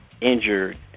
injured